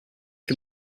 can